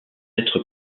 être